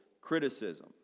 criticism